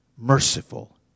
merciful